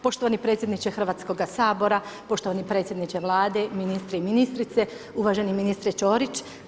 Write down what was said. Poštovani predsjedniče Hrvatskoga sabora, poštovani predsjedniče Vlade, ministri i ministrice, uvaženi ministre Ćorić.